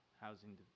housing